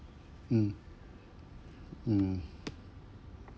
mm mm